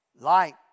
light